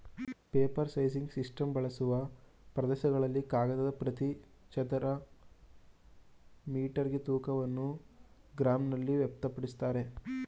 paper sizing system ಬಳಸುವ ಪ್ರದೇಶಗಳಲ್ಲಿ ಕಾಗದದ ಪ್ರತಿ ಚದರ ಮೀಟರ್ಗೆ ತೂಕವನ್ನು ಗ್ರಾಂನಲ್ಲಿ ವ್ಯಕ್ತಪಡಿಸ್ತಾರೆ